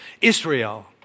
Israel